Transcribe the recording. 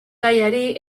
gaiari